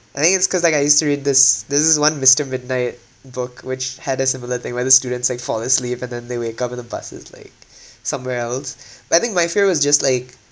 I think it's cause like I used to read this there's this one mister midnight book which had a similar thing where the students like fall asleep and then they wake up and the bus is like somewhere else but I think my fear was just like